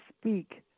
speak